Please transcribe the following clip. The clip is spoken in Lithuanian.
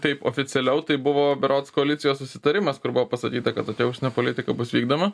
taip oficialiau tai buvo berods koalicijos susitarimas kur buvo pasakyta kad tokia užsienio politika bus vykdoma